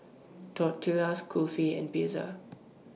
Tortillas Kulfi and Pizza